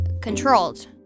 controlled